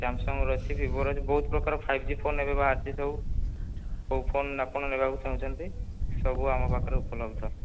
ସାମସଙ୍ଗର ଅଛି ଭିବୋର ଅଛି ବହୁତ ପ୍ରକାର ଫାଇଭ ଜି ଫୋନ୍ ଏବେ ବାହାରିଛି ସବୁ କେଉଁ ଫୋନ୍ ଆପଣ ନେବାକୁ ଚାହୁଁଛନ୍ତି ସବୁ ଆମ ପାଖରେ ଉପଲବ୍ଧ